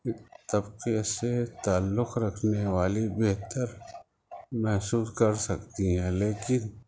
طبقے سے تعلق رکھنے والی بہتر محسوس کر سکتی ہیں لیکن